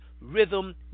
rhythm